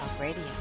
Radio